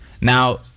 Now